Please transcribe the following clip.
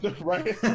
Right